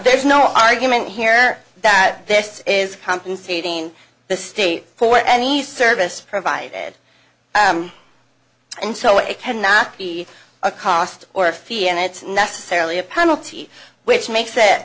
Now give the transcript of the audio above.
there is no argument here that this is compensating the state for any service provided and so it can not be a cost or a fee and it's necessarily a penalty which makes